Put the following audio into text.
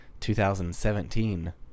2017